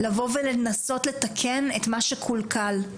לבוא ולתקן את מה שקולקל.